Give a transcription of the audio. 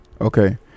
okay